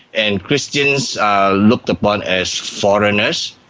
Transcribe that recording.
and christians are looked upon as foreigners,